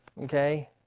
okay